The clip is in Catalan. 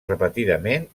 repetidament